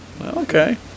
Okay